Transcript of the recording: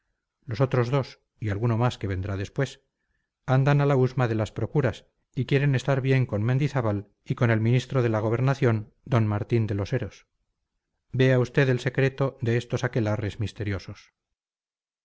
otros dos y alguno más que vendrá después andan a la husma de las procuras y quieren estar bien con mendizábal y con el ministro de la gobernación d martín de los heros vea usted el secreto de estos aquelarres misteriosos